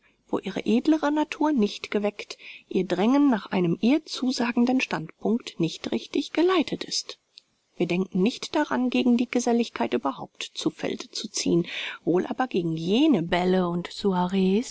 wo ihre edlere natur nicht geweckt ihr drängen nach einem ihr zusagenden standpunkt nicht richtig geleitet ist wir denken nicht daran gegen die geselligkeit überhaupt zu felde zu ziehen wohl aber gegen jene bälle und